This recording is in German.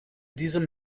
diesem